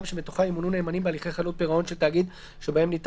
שמתוכה ימונו נאמנים בהליכי חדלות פירעון של תאגיד שבהם ניתן